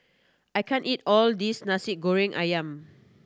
I can't eat all this Nasi Goreng Ayam